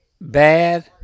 bad